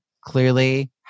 clearly